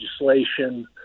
legislation